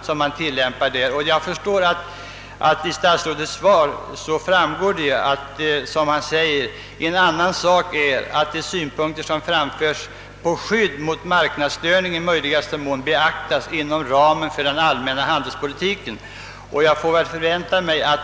Statsrådet framhåller också i sitt svar följande: »En annan sak är att de synpunkter som framförs på skydd mot marknadsstörning i möjligaste mån beaktas inom ramen för den allmänna handelspolitiken.» Jag kan väl därför förvänta mig, att